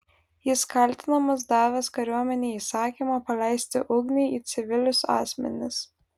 jis kaltinamas davęs kariuomenei įsakymą paleisti ugnį į civilius asmenis